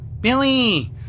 Billy